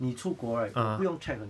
你出国 right 我不用 check 很